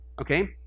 Okay